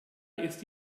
ist